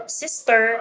sister